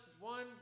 one